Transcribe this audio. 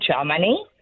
Germany